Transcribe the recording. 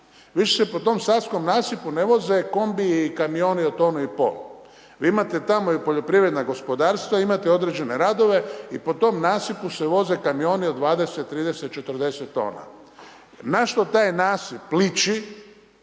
Više se po tom savskom nasipu ne voze kombiji i kamioni od tonu i pol. Vi imate tamo i poljoprivredna gospodarstva imate određene radove i po tom nasipu se voze kamioni od 20, 30, 40 t. Na što taj nasip liči